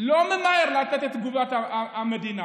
לא ממהר לתת את תגובת המדינה,